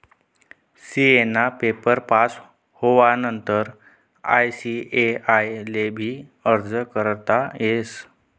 CA ना paper pass होवानंतर ICAI ले भी अर्ज करता येस